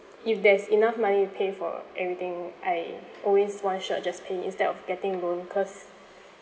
if there's enough money to pay for everything I always one shot just pay instead of getting loan cause